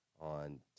on